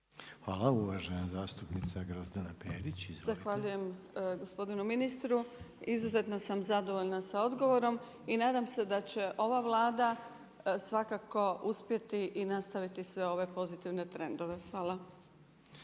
Hvala. Uvažena zastupnica Grozdana Perić. **Perić, Grozdana (HDZ)** Zahvaljujem gospodinu ministru. Izuzetno sam zadovoljna sa odgovorom i nadam se da će ova Vlada svakako uspjeti i nastaviti sve ove pozitivne trendove. Hvala.